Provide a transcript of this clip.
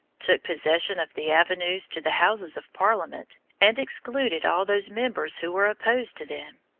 took possession of the avenues to the houses of parliament and excluded all those members who were opposed to them.